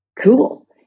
Cool